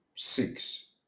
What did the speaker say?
six